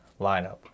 lineup